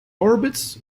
orbits